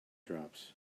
drops